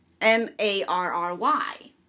M-A-R-R-Y